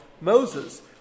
Moses